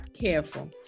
careful